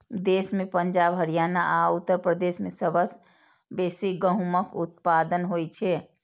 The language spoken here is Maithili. देश मे पंजाब, हरियाणा आ उत्तर प्रदेश मे सबसं बेसी गहूमक उत्पादन होइ छै